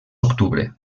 octubre